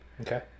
okay